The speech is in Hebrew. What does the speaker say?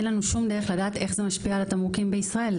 אין לנו שום דרך לדעת איך זה משפיע על התמרוקים בישראל.